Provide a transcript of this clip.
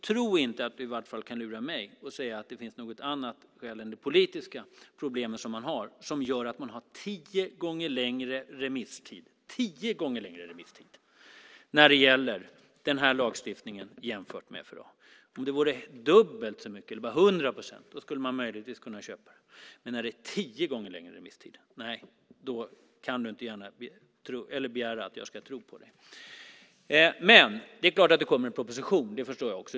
Tro inte att du kan lura mig och säga att det finns något annat skäl än det politiska problemet som gör att man har tio gånger längre remisstid för denna lagstiftning än för FRA. Om det vore dubbelt så mycket, 100 procent, kan vi möjligtvis köpa det, men med tio gånger längre remisstid kan du inte begära att jag ska tro på dig. Det är klart att det kommer en proposition. Det förstår jag också.